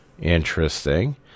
Interesting